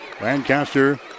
Lancaster